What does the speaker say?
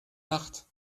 nacht